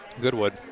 Goodwood